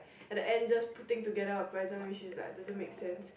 and the end just putting together a present which is like doesn't make sense